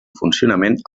funcionament